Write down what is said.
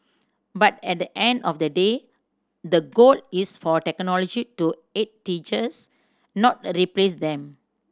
but at the end of the day the goal is for technology to aid teachers not replace them